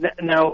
Now